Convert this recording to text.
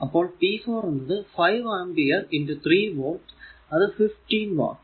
അപ്പോൾ p4 എന്നത് 5 ampere 3 volt അത് 15 വാട്ട്